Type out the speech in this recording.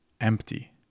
empty